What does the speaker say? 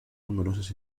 numerosas